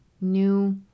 new